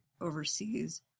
overseas